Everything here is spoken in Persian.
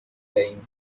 دهیم